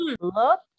Look